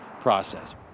process